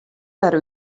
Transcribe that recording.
wer